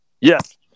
Yes